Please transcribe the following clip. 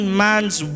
man's